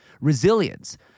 resilience